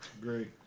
Great